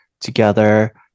together